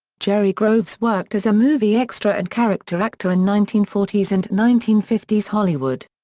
jerry groves worked as a movie extra and character actor in nineteen forty s and nineteen fifty s hollywood.